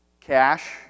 cash